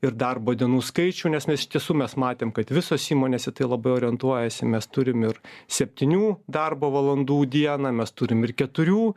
ir darbo dienų skaičių nes mes iš tiesų mes matėm kad visos įmonės į tai labai orientuojasi mes turim ir septynių darbo valandų dieną mes turim ir keturių